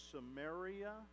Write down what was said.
Samaria